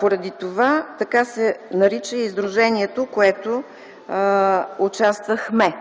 Поради това така се нарича и сдружението, в което участвахме.